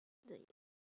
the